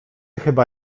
chyba